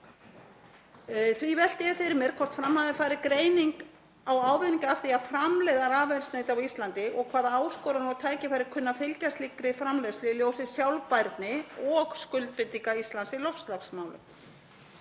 Því velti ég fyrir mér hvort fram hafi farið greining á ávinningi af því að framleiða rafeldsneyti á Íslandi og hvaða áskoranir og tækifæri kunni að fylgja slíkri framleiðslu í ljósi sjálfbærni og skuldbindinga Íslands í loftslagsmálum.